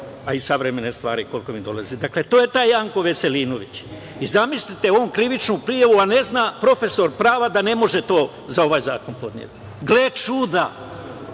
a i savremene stvari koliko mi dolazi. Dakle, to je taj Janko Veselinović. Zamislite, on krivičnu prijavu, a ne zna, profesor prava, da ne može to za ovaj zakon podneti. Gle čuda,